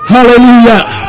Hallelujah